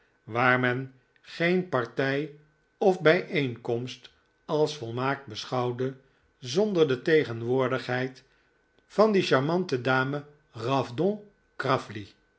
waar men geen partij of bijeenkomst als volmaakt beschouwde zonder de tegenwoordigheid van die charmante madame